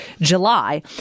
July